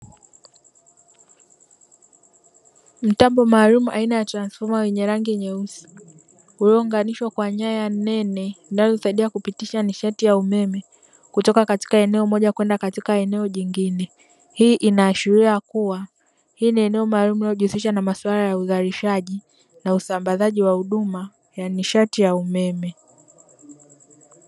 Mtambo maalumu aina ya transfoma, wenye rangi nyeusi, uliounganishwa kwa nyaya nene, unaosaidia kupitisha nishati ya umeme kutoka katika eneo moja kwenda katika eneo jingine. Hii inahakikisha kuwa hili ni eneo maalum linalojihusisha na masuala ya uzalishaji na usambazaji wa huduma ya nishati ya umeme.